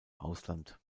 ausland